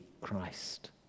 Christ